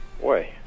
Boy